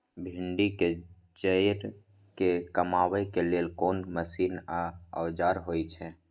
भिंडी के जईर के कमबै के लेल कोन मसीन व औजार होय छै?